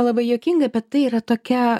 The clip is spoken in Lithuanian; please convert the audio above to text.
labai juokingai bet tai yra tokia